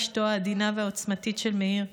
אשתו העדינה והעוצמתית של מאיר,